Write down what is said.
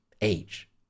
age